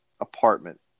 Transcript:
apartment